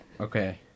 Okay